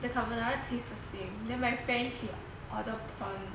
but the carbonara taste the same then my friend she order prawn